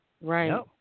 Right